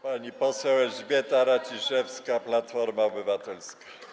Pani poseł Elżbieta Radziszewska, Platforma Obywatelska.